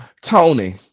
tony